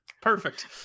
Perfect